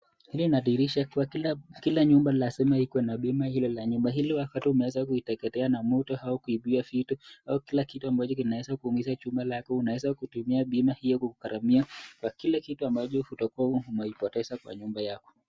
Hii inadhihirisha kua kila nyumba lazima ikona bima hilo la nyumba ili wakati umeweza kuiteketea na moto au kuibiwa vitu au kila kitu ambacho kinaweza kuumiza chumba lako unaweza kutumia bima hio kugharamia kwa kila kitu ambacho utakua umeipoteza kwa nyumba yako.